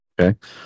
Okay